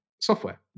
software